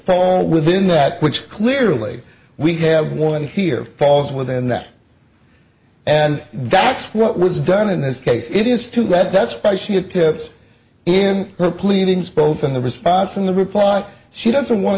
that within that which clearly we have one here falls within that and that's what was done in this case it is to let that's why she had tips in her pleadings both in the response and the reply she doesn't want